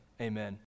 amen